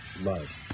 love